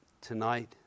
tonight